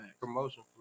Promotion